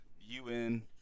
UN